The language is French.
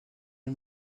les